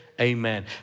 Amen